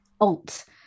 alt